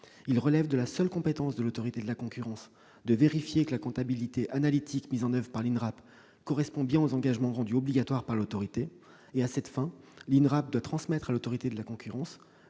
Il relève de la seule compétence de l'Autorité de la concurrence de vérifier que la comptabilité analytique mise en place par l'INRAP correspond bien aux engagements rendus obligatoires par l'Autorité. À cette fin, l'INRAP doit transmettre à l'Autorité de la concurrence